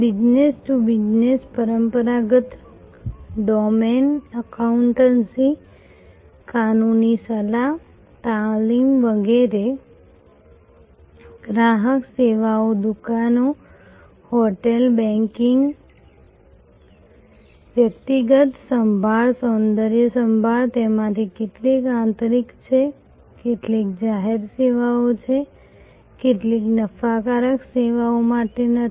business to business પરંપરાગત domain accountancy કાનૂની સલાહ તાલીમ વગેરે ગ્રાહક સેવાઓ દુકાનો હોટલ બેંકિંગ વ્યક્તિગત સંભાળ સૌંદર્ય સંભાળ તેમાંથી કેટલીક આંતરિક છે કેટલીક જાહેર સેવાઓ છે કેટલીક નફાકારક સેવાઓ માટે નથી